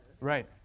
right